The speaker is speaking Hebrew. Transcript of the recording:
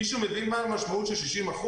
מישהו מבין מה המשמעות של 60%?